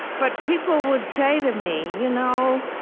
but people would say to me, you know,